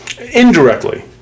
Indirectly